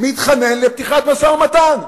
מתחנן לפתיחת משא-ומתן,